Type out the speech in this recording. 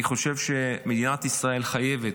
אני חושב שמדינת ישראל חייבת,